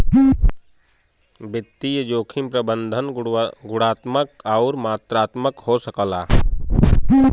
वित्तीय जोखिम प्रबंधन गुणात्मक आउर मात्रात्मक हो सकला